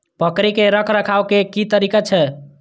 बकरी के रखरखाव के कि तरीका छै?